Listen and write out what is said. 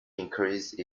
increased